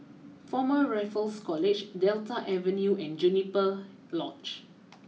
Former Raffles College Delta Avenue and Juniper Lodge